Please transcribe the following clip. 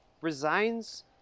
resigns